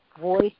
voice